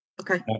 Okay